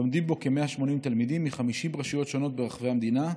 לומדים בו כ-180 תלמידים מ-50 רשויות שונות ברחבי המדינה,